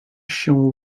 się